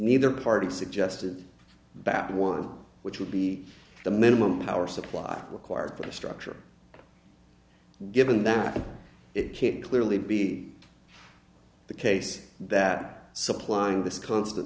neither party suggested back to one which would be the minimum power supply required for the structure given that it can clearly be the case that supplying this constant